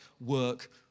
work